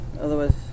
Otherwise